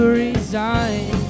resign